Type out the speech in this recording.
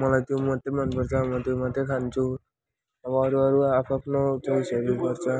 मलाई त्यो मात्रै मनपर्छ म त्यो मात्रै खान्छु अब अरू अरू आफ्नो आफ्नो चोइसहरू हुन्छ